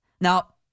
Now